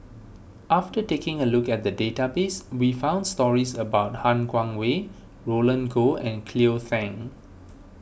after taking a look at the database we found stories about Han Guangwei Roland Goh and Cleo Thang